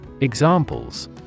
Examples